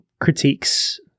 critiques